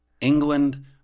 England